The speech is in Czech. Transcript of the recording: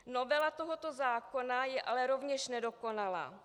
Novela tohoto zákona je ale rovněž nedokonalá.